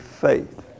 faith